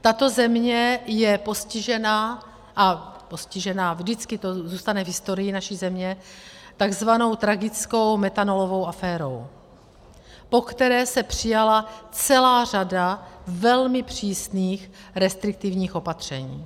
Tato země je postižená no postižená, vždycky to zůstane v historii naší země tzv. tragickou metanolovou aférou, po které se přijala celá řada velmi přísných restriktivních opatření.